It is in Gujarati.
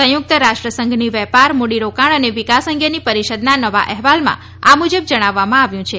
સંયુક્ત રાષ્ટ્ર સંઘની વેપાર મૂડી રોકાણ અને વિકાસ અંગેની પરિષદના નવા અહેવાલમાં આ મુજબ જણાવવામાં આવ્યું છે